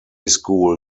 school